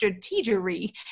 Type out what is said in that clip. Strategy